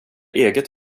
eget